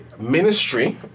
Ministry